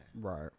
right